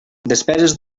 despeses